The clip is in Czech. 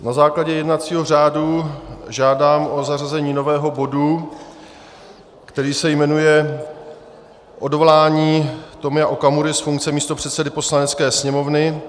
Na základě jednacího řádu žádám o zařazení nového bodu, který se jmenuje Odvolání Tomia Okamury z funkce místopředsedy Poslanecké sněmovny.